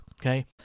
okay